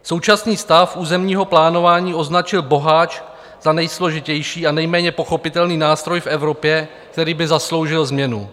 Současný stav územního plánování označil Boháč za nejsložitější a nejméně pochopitelný nástroj v Evropě, který by zasloužil změnu.